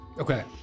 Okay